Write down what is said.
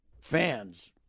fans –